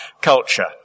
culture